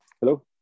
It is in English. Hello